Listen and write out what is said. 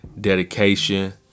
dedication